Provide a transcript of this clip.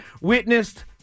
witnessed